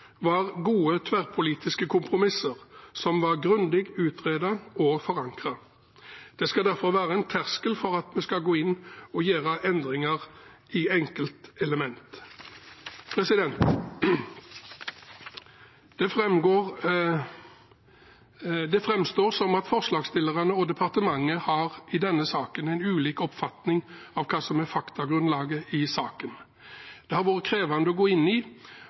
var gode, tverrpolitiske kompromisser som var grundig utredet og forankret. Det skal derfor være en terskel for at vi skal gå inn og gjøre endringer i enkeltelement. Det framstår som at forslagsstillerne og departementet i denne saken har ulike oppfatninger av hva som er faktagrunnlaget i saken. Det har vært krevende å gå inn i.